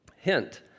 Hint